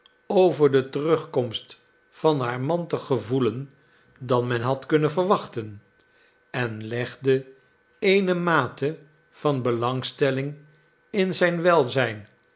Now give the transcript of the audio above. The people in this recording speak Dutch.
over de terugkomst van haar man te gevoelen dan men had kunnen verwachten en legde eene mate van belangstelling in zijn welzijn